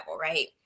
right